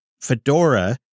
Fedora